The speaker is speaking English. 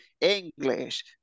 English